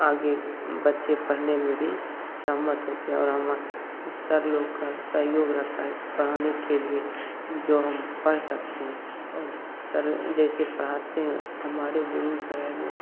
आगे बच्चे पढ़ने में भी सहमत होते हैं और हमा सर लोग का सहयोग रहता है पढ़ाने के लिए जो हम पढ़ सकते हैं और सर जैसे पढ़ाते हैं हमारे बेगूसराय में